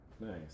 Nice